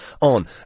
on